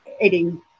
eating